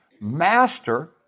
Master